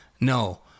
No